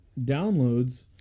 downloads